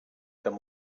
them